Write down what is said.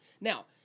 Now